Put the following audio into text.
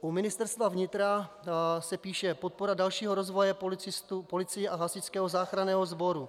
U Ministerstva vnitra se píše: podpora dalšího rozvoje policistů, policie a Hasičského záchranného sboru.